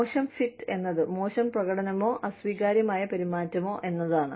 മോശം ഫിറ്റ് എന്നത് മോശം പ്രകടനമോ അസ്വീകാര്യമായ പെരുമാറ്റമോ ആണ്